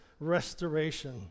restoration